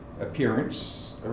appearance